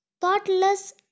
thoughtless